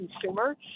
consumer